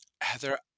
Heather